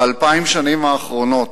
באלפיים השנים האחרונות,